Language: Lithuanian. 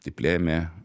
taip lėmė